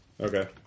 Okay